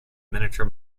miniature